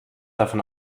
davon